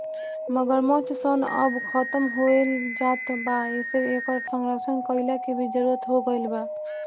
मगरमच्छ सन अब खतम होएल जात बा एसे इकर संरक्षण कईला के भी जरुरत हो गईल बा